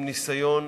עם ניסיון